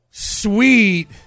Sweet